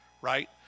right